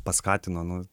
paskatina nu